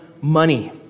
money